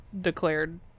declared